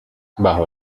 bajo